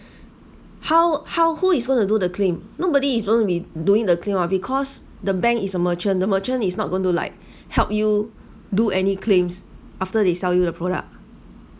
how how who is gonna do the claim nobody is going to be doing the claim oh because the bank is a merchant the merchant is not going to like help you do any claims after they sell you the product